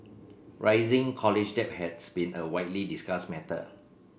rising college debt has been a widely discussed matter